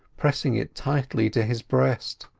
pressing it tightly to his breast.